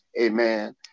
Amen